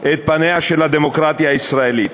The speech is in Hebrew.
את פניה של הדמוקרטיה הישראלית.